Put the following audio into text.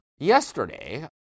Yesterday